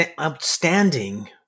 outstanding